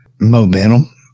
momentum